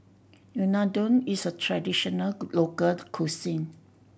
unadon is a traditional local cuisine